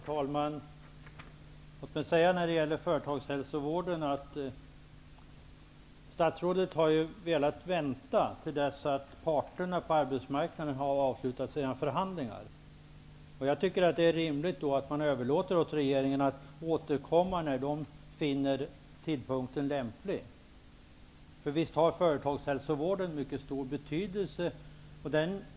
Herr talman! Låt mig beträffande företagshälsovården säga att statsrådet har velat vänta till dess att parterna på arbetsmarknaden har avslutat sina förhandlingar. Det är då rimligt att överlåta till regeringen att återkomma när den finner tidpunkten härför vara lämplig. Visst har företagshälsovården mycket stor betydelse.